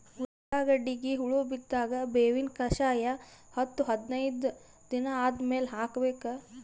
ಉಳ್ಳಾಗಡ್ಡಿಗೆ ಹುಳ ಬಿದ್ದಾಗ ಬೇವಿನ ಕಷಾಯ ಹತ್ತು ಹದಿನೈದ ದಿನ ಆದಮೇಲೆ ಹಾಕಬೇಕ?